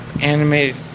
animated